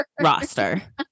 roster